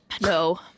No